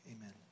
amen